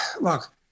look